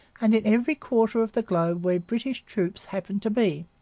and in every quarter of the globe where british troops happen to be,